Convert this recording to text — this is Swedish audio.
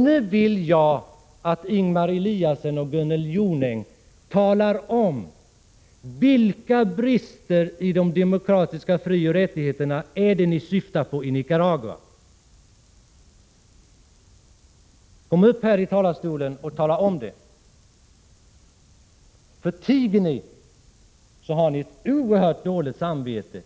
Nu vill jag att Ingemar Eliasson och Gunnel Jonäng talar om vilka brister i de demokratiska frioch rättigheterna i Nicaragua som ni syftar på. Gå upp i talarstolen och tala om det! Om ni tiger, då har ni ett oerhört dåligt samvete